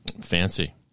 Fancy